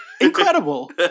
Incredible